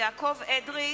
יעקב אדרי,